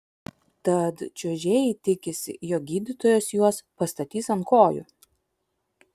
tad čiuožėjai tikisi jog gydytojas juos pastatys ant kojų